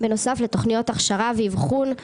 364403